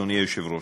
אדוני היושב-ראש,